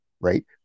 right